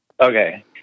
Okay